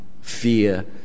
fear